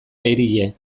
erie